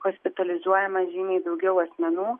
hospitalizuojama žymiai daugiau asmenų